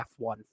F1